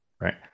right